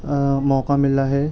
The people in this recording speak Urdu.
موقع ملا ہے